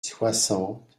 soixante